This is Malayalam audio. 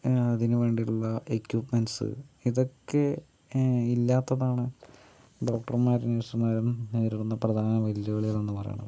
അതിനു വേണ്ടിട്ടുള്ള എക്യുമെൻസ് ഇതൊക്കെ ഇല്ലാത്തതാണ് ഡോക്ടർമാരും നേഴ്സ്മാറും നേരിടുന്ന പ്രധാനവെല്ലുവിളികൾ എന്നു പറയുന്നത്